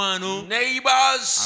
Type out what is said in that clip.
neighbors